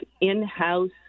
in-house